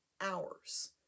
hours